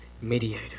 mediator